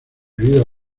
debido